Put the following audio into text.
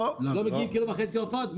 לא מגיעים קילו וחצי עופות?